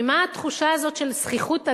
ממה התחושה הזאת של זחיחות הדעת,